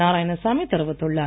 நாராயணசாமி தெரிவித்துள்ளார்